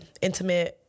intimate